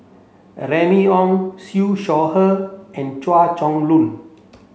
Remy Ong Siew Shaw Her and Chua Chong Long